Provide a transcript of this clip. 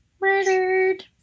Murdered